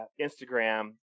Instagram